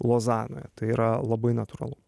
lozanoje tai yra labai natūralu